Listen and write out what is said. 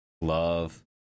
Love